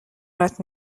رات